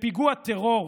בפיגוע טרור.